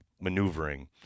maneuvering